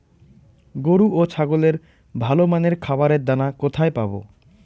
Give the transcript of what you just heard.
গরু ও ছাগলের ভালো মানের খাবারের দানা কোথায় পাবো?